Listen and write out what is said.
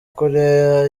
koreya